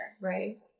Right